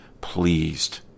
pleased